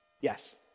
yes